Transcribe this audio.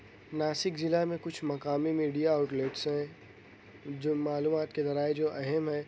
ناسک ضلع میں کچھ مقامی میڈیا آؤٹلیٹس ہیں جو معلومات کے ذرائع جو اہم ہیں